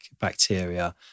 bacteria